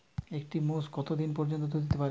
একটি মোষ কত দিন পর্যন্ত দুধ দিতে পারে?